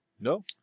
No